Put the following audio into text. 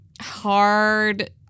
hard